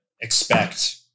expect